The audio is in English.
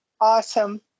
awesome